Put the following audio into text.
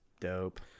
dope